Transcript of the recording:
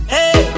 Hey